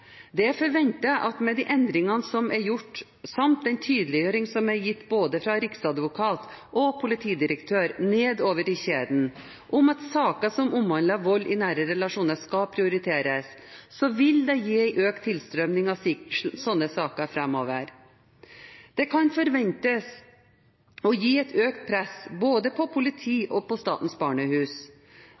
er forventet at med de endringene som er gjort, samt den tydeliggjøringen som er gitt fra både riksadvokat og politidirektør nedover i kjeden om at saker som omhandler vold i nære relasjoner, skal prioriteres, vil det gi en økt tilstrømning av slike saker framover. Dette kan forventes å gi et økt press både på politi og på Statens barnehus.